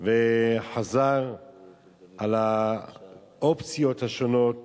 וחזר על האופציות השונות